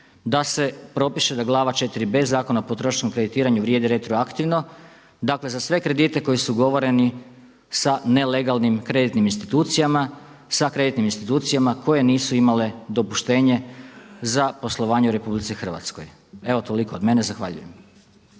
da se propiše da glava IVb. Zakona o potrošačkom kreditiranju vrijedi retroaktivno. Dakle, za sve kredite koji su ugovoreni sa nelegalnim kreditnim institucijama, sa kreditnim institucijama koje nisu imale dopuštenje za poslovanje u RH. Evo toliko od mene. Zahvaljujem.